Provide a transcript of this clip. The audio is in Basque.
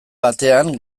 batean